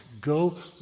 Go